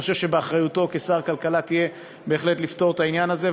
אני חושב שאחריותו כשר כלכלה תהיה בהחלט לפתור את העניין הזה.